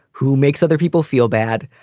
who makes other people feel bad,